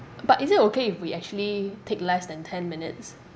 but is it okay if we actually take less than ten minutes